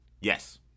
Yes